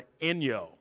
Enyo